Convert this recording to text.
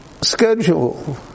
schedule